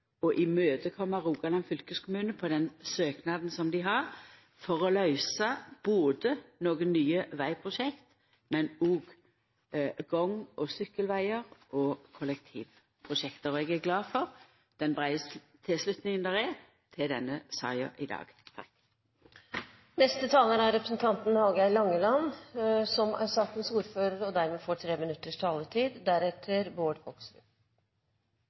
Rogaland fylkeskommune og den søknaden dei kjem med for å løysa nokre nye vegprosjekt, gang- og sykkelvegar, og kollektivprosjekt. Eg er glad for den breie tilslutninga som er til denne saka i dag. Neste taler er representanten Hallgeir H. Langeland, som er sakens ordfører og dermed får 3 minutters taletid. Deretter